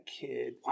kid